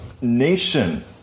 nation